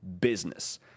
business